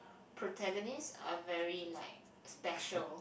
protagonist are very like special